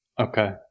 Okay